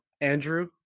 Andrew